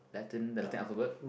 Latin the Latin alphabet